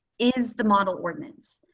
is the model ordinance.